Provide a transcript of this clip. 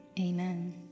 amen